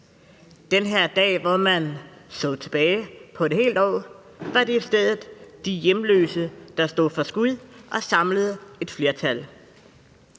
den her dag, hvor man så tilbage på et helt år, var det i stedet de hjemløse, der stod for skud og samlede et flertal.